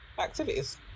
activities